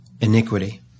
iniquity